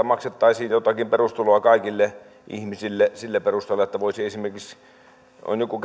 maksettaisiin jotakin perustuloa kaikille ihmisille sillä perusteella että voisi esimerkiksi käyttää sitä oleiluun kuten joku